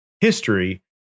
History